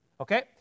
Okay